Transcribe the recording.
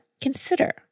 consider